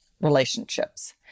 relationships